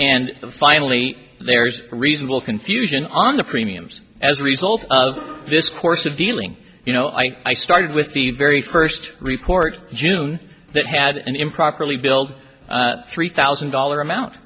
and finally there's a reasonable confusion on the premiums as a result of this course of dealing you know i started with the very first report june that had an improperly billed three thousand dollar amount